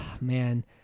man